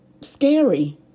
scary